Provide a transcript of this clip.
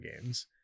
games